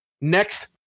next